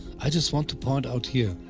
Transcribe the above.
i just want to point out here,